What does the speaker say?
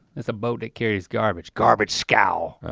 it's a boat that carries garbage, garbage scow.